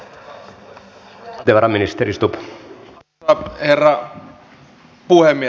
arvoisa herra puhemies